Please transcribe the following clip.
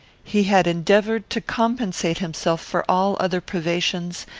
he had endeavoured to compensate himself for all other privations,